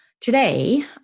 today